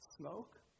smoke